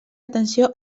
atenció